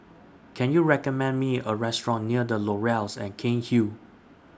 Can YOU recommend Me A Restaurant near The Laurels At Cairnhill